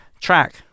track